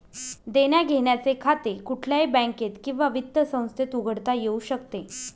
देण्याघेण्याचे खाते कुठल्याही बँकेत किंवा वित्त संस्थेत उघडता येऊ शकते